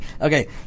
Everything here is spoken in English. Okay